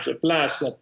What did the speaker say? plus